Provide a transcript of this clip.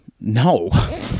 no